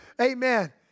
Amen